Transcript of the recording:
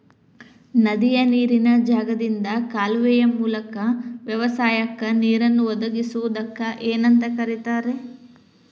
ನದಿಯ ನೇರಿನ ಜಾಗದಿಂದ ಕಾಲುವೆಯ ಮೂಲಕ ವ್ಯವಸಾಯಕ್ಕ ನೇರನ್ನು ಒದಗಿಸುವುದಕ್ಕ ಏನಂತ ಕರಿತಾರೇ?